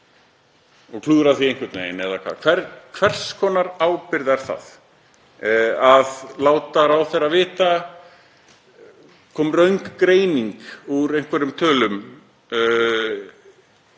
og klúðrar því einhvern veginn? Hvers konar ábyrgð er það? Á að láta ráðherra vita? Kom röng greining úr einhverjum tölum